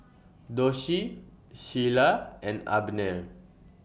Doshie Sheilah and Abner